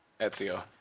Ezio